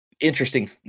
interesting